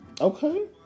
Okay